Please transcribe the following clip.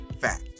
fact